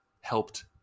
helped